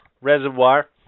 Reservoir